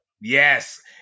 Yes